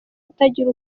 utagira